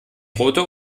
rote